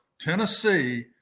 Tennessee